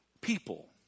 People